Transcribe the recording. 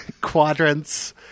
quadrants